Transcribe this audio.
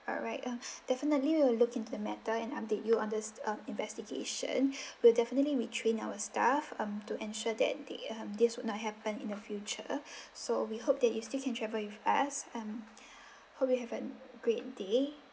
alright um definitely we will look into the matter and update you on the uh investigation we'll definitely retrain our staff um to ensure that they um this would not happen in the future so we hope that you still can travel with us um hope you have a great day